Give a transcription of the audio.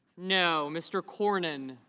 no. mr. cornyn